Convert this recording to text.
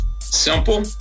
Simple